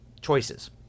Choices